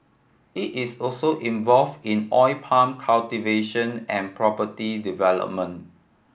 it is also involve in oil palm cultivation and property development